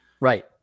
Right